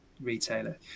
retailer